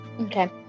Okay